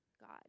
God